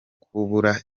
kubura